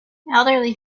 elderly